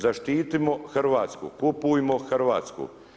Zaštitimo Hrvatsku, kupujmo hrvatsko.